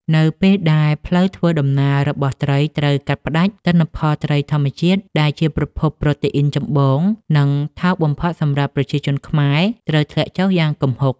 នៅពេលដែលផ្លូវធ្វើដំណើររបស់ត្រីត្រូវកាត់ផ្ដាច់ ទិន្នផលត្រីធម្មជាតិដែលជាប្រភពប្រូតេអ៊ីនចម្បង និងថោកបំផុតសម្រាប់ប្រជាជនខ្មែរ ត្រូវធ្លាក់ចុះយ៉ាងគំហុក។